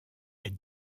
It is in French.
elle